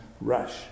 rush